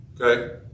Okay